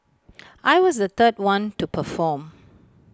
I was the third one to perform